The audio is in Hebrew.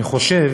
אני חושב